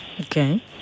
Okay